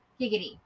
giggity